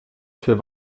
für